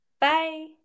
Bye